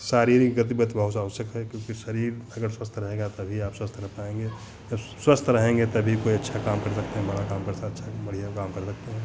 शारीरिक गतिविधि बहुत आवश्यक है क्योंकि शरीर अगर स्वस्थ रहेगा तभी आप स्वस्थ रह पाएँगे जब स्वस्थ रहेंगे तभी कोई अच्छा काम कर सकते हैं बड़ा काम कर अच्छा बढ़ियाँ काम कर सकते हैं